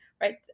right